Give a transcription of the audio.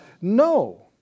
No